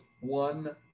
one